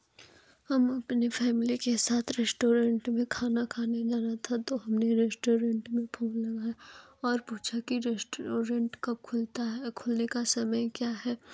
हम अपने फैमिली के साथ रेस्टोरेंट में खाना खाने जाना था तो हमने रेस्टोरेंट में फोन लगाया और पूछे रेस्टोरेंट कब खुलता है खुलने का समय क्या है